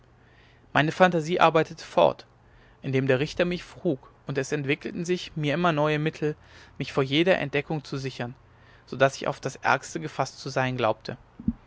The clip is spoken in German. meine phantasie arbeitete fort indem der richter mich frug und es entwickelten sich mir immer neue mittel mich vor jeder entdeckung zu sichern so daß ich auf das ärgste gefaßt zu sein glaubte